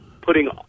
putting